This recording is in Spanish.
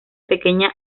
pequeña